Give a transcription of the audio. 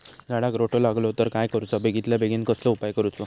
झाडाक रोटो लागलो तर काय करुचा बेगितल्या बेगीन कसलो उपाय करूचो?